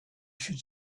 should